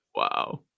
wow